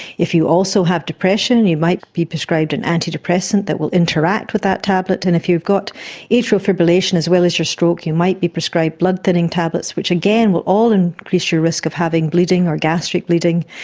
if you also have depression and you might be prescribed an antidepressant that will interact with that tablet, and if you've got atrial fibrillation as well as your stroke might be prescribed blood thinning tablets which again will all and increase your risk of having bleeding or gastric bleeding.